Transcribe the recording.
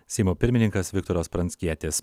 seimo pirmininkas viktoras pranckietis